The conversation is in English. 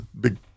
big